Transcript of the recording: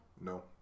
no